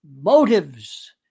motives